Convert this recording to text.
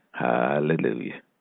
Hallelujah